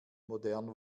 modern